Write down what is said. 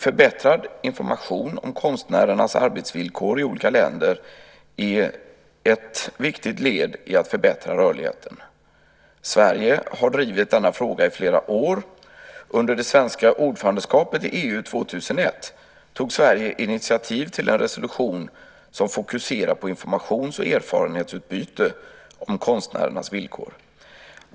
Förbättrad information om konstnärernas arbetsvillkor i olika länder är ett viktigt led i att förbättra rörligheten. Sverige har drivit denna fråga i flera år. Under det svenska ordförandeskapet i EU år 2001 tog Sverige initiativ till en resolution som fokuserar på informations och erfarenhetsutbyte om konstnärernas villkor.